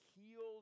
healed